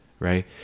right